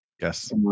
yes